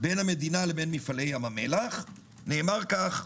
בין המדינה למפעלי ים המלח נאמר כך: